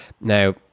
Now